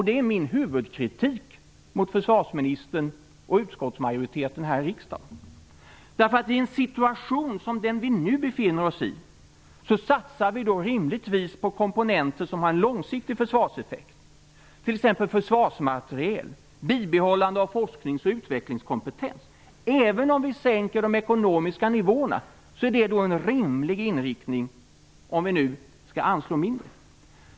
Det är min huvudkritik mot försvarsministern och utskottsmajoriteten här i riksdagen. I en situation som den vi nu befinner oss i satsar man rimligtvis på komponenter som har en långsiktig försvarseffekt, t.ex. försvarsmateriel och bibehållande av forsknings och utvecklingskompetens. Även om vi sänker de ekonomiska nivåerna är detta en rimlig inriktning, om vi nu skall anslå mindre.